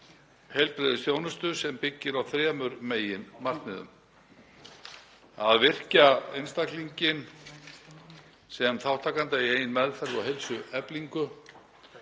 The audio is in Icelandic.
heilbrigðisþjónustu sem byggist á þremur meginmarkmiðum; að virkja einstaklinginn sem þátttakanda í eigin meðferð og heilsueflingu,